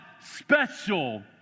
special